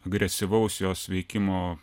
agresyvaus jos veikimo